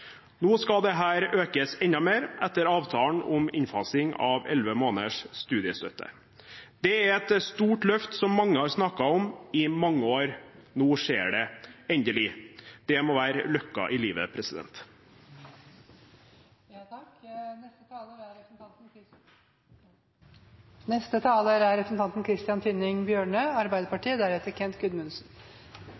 Nå skal dette økes enda mer etter avtalen om innfasing av elleve måneders studiestøtte. Det er et stort løft som mange har snakket om i mange år. Nå skjer det endelig. Det må være «løkka i livet». I dag diskuterer vi regjeringens tredje statsbudsjett, og da vi fikk budsjettet i oktober, var jeg spent: Kanskje er